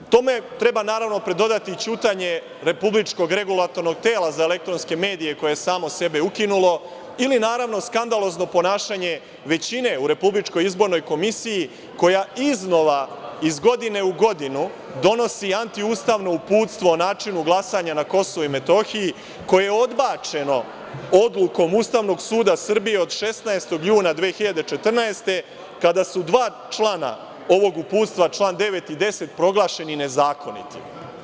Tome treba, naravno, pridodati ćutanje Republičkog regulatornog tela za elektronske medije koje je samo sebe ukinulo ili naravno, skandalozno ponašanje većine u RIK, koja iznova, iz godine u godinu, donosi antiustavno uputstvo o načinu glasanja na KiM, koje je odbačeno odlukom Ustavnog suda Srbije od 16. juna 2014. godine, kada su dva člana ovog uputstva, član 9. i 10. proglašeni nezakonitim.